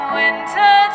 winter